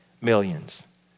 millions